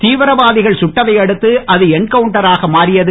தீவிரவாதிகள் சுட்டதை அடுத்து அது என்கவுண்டராக மாறியது